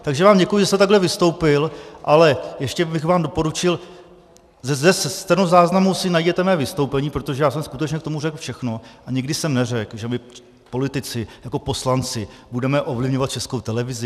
Takže vám děkuji, že jste takhle vystoupil, ale ještě bych vám doporučil, ve stenozáznamu si najděte mé vystoupení, protože já jsem skutečně k tomu řekl všechno, a nikdy jsem neřekl, že my politici jako poslanci budeme ovlivňovat Českou televizi.